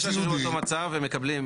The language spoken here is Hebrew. יש אנשים באותו מצב סיעודי,